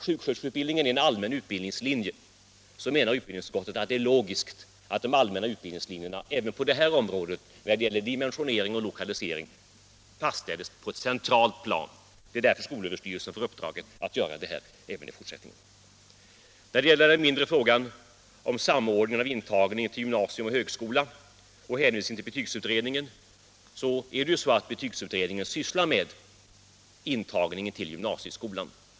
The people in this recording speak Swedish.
Sjuksköterskeutbildningen är en allmän utbildningslinje, och utskottet menar att det är logiskt att de allmänna utbildningslinjerna även på det här området, när det gäller dimensionering och lokalisering, fastställs på ett centralt plan. Det är därför skolöverstyrelsen får i uppdrag att göra det även i fortsättningen. När det gäller den mindre frågan om samordningen av intagningen till gymnasieskolan och högskolan samt hänvisningen till betygsutredningen är det ju så att denna utredning sysslat med intagningen till gymnasieskolan.